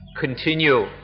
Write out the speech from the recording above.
continue